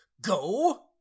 go